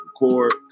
record